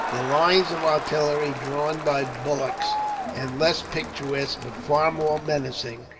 the lines of artillery drawn by bullocks and, less picturesque but far more menacing,